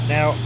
Now